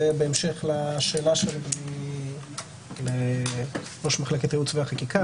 זה בהמשך לשאלה של אדוני לראש מחלקת ייעוץ וחקיקה.